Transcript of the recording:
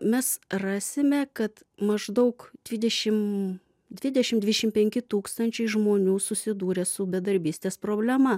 mes rasime kad maždaug dvidešim dvidešim dvišim penki tūkstančiai žmonių susidūrė su bedarbystės problema